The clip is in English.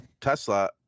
Tesla